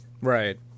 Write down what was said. Right